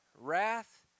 wrath